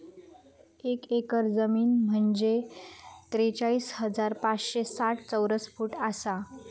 एक एकर जमीन म्हंजे त्रेचाळीस हजार पाचशे साठ चौरस फूट आसा